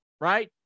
Right